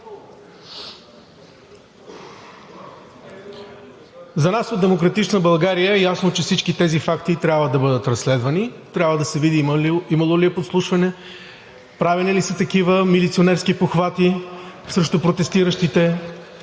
За нас от „Демократична България“ е ясно, че всички тези факти трябва да бъдат разследвани. Трябва да се види имало ли е подслушване, правени ли са такива милиционерски похвати срещу протестиращите.